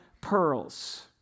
pearls